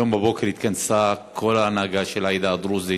היום בבוקר התכנסה כל ההנהגה של העדה הדרוזית,